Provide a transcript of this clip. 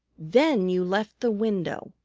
then you left the window,